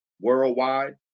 worldwide